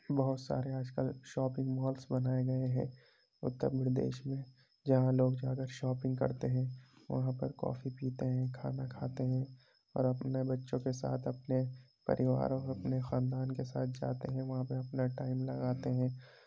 بہت سارے آج کل شاپنگ مالس بنائے گئے ہیں اتر پردیش میں جہاں لوگ جاکر شاپنگ کرتے ہیں اور وہاں پر کافی پیتے ہیں کھانا کھاتے ہیں اور اپنے بچوں کے ساتھ اپنے پریوار اور اپنے خاندان کے ساتھ جاتے ہیں وہاں پہ اپنا ٹائم لگاتے ہیں